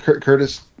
Curtis